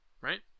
Right